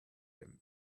him